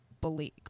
believe